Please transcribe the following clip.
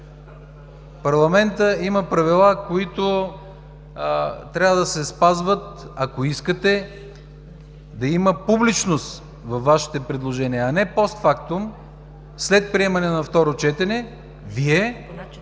Парламентът има правила, които трябва да се спазват, ако искате да има публичност във Вашите предложения. А не постфактум, след приемане на второ четене, Вие